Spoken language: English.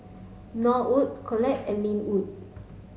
Norwood Collette and Lynwood